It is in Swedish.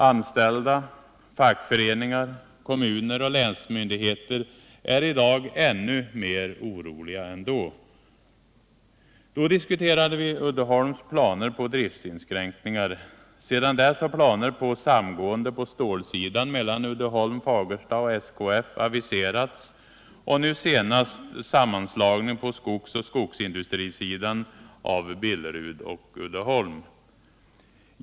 Anställda, fackföreningar, kommuner och länsmyndigheter är i dag ännu mer oroliga än då. Vid den tidpunkten diskuterade vi Uddeholms planer på driftsinskränkningar. Sedan dess har planer på samgående aviserats mellan Uddeholm, Fagersta och SKF på stålsidan och nu senast sammanslagningen av Billerud och Uddeholm på skogsoch skogsindustrisidan.